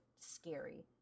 scary